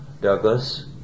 Douglas